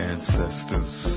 Ancestors